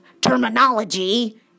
terminology